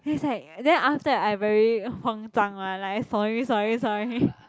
then is like then after that I very 慌张 lah like sorry sorry sorry